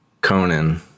Conan